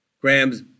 grams